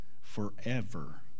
forever